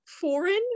foreign